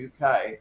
UK